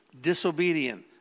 disobedient